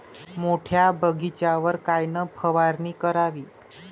मोठ्या बगीचावर कायन फवारनी करावी?